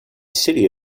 city